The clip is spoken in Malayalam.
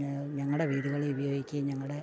നേ ഞങ്ങളുടെ വീടുകളിലുപയോഗിക്കുകയും ഞങ്ങളുടെ